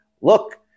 look